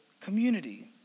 community